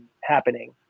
happening